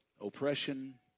oppression